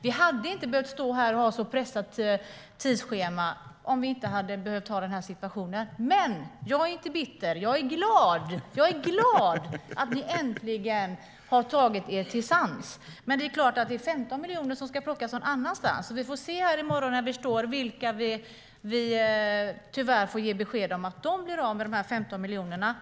Vi hade inte behövt stå här och ha ett så pressat tidsschema om vi inte hade haft denna situation. Men jag är inte bitter, utan jag är glad att ni äntligen har kommit till sans. Men det är klart att det är 15 miljoner som ska plockas någon annanstans. Vi får se i morgon vilka vi tyvärr får ge besked om att de blir av med dessa 15 miljoner.